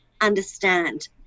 understand